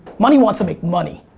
money wants to make money.